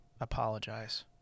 apologize